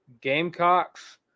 Gamecocks